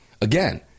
Again